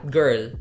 girl